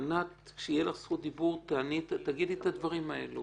ענת, כשתהיה לך זכות דיבור תגידי את הדברים האלה.